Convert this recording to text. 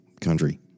country